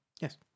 Yes